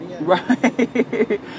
Right